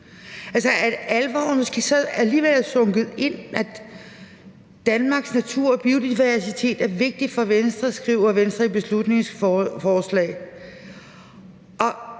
alvoren alligevel er sunket ind, i forhold til at Danmarks natur og biodiversitet er vigtigt for Venstre. Det skriver Venstre i beslutningsforslaget.